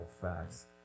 facts